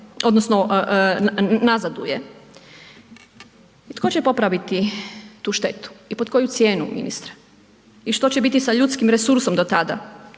odnosno nazaduje. I tko će popraviti tu štetu i pod koju cijenu ministre i što će biti sa ljudskim resursom do tada,